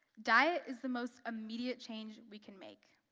diet is the most immediate change we can make.